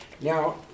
Now